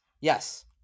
yes